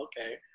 Okay